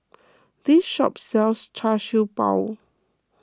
this shop sells Char Siew Bao